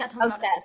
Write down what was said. obsessed